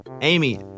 Amy